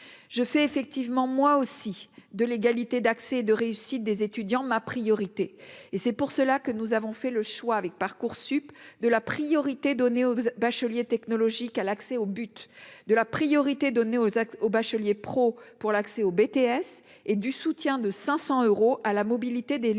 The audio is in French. je fais effectivement, moi aussi, de l'égalité d'accès de réussite des étudiants ma priorité et c'est pour cela que nous avons fait le choix avec Parcoursup de la priorité donnée aux bacheliers technologiques à l'accès au but de la priorité donnée aux actes, aux bacheliers pro pour l'accès au BTS et du soutien de 500 euros à la mobilité des lycéens